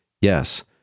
Yes